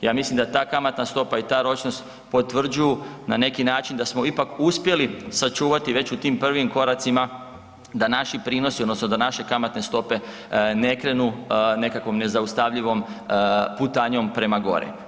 Ja mislim da ta kamatna stopa i ta ročnost potvrđuju na neki način da smo ipak uspjeli sačuvati već u tim prvim koracima da naši prinosi odnosno da naše kamatne stope ne krenu nekakvom nezaustavljivom putanjom prema gore.